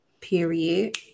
Period